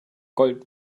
gold